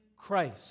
Christ